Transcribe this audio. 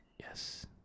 yes